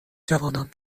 جوانان